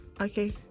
Okay